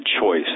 choice